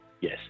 Yes